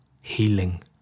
healing